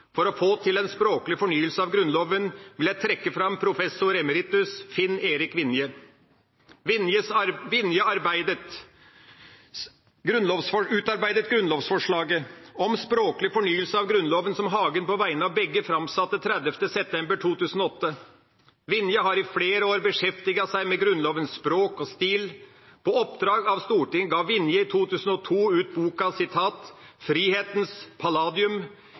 for å få til en språklig fornyelse av Grunnloven vil jeg trekke fram professor emeritus Finn-Erik Vinje. Vinje utarbeidet grunnlovsforslaget om språklig fornyelse av Grunnloven, som Hagen på vegne av begge framsatte 30. september 2008. Vinje har i flere år beskjeftiget seg med Grunnlovens språk og stil. På oppdrag av Stortinget gav Vinje i 2002 ut boka